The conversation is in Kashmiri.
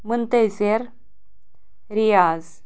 منتظر ریاض